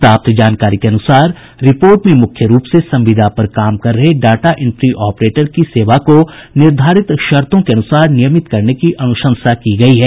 प्राप्त जानकारी के अनुसार रिपोर्ट में मुख्य रूप से संविदा पर काम कर रहे डाटा इंट्री ऑपरेटर की सेवा को निर्धारित शर्तों के अन्सार नियमित करने की अन्शंसा की गयी है